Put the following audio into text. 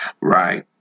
right